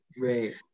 Right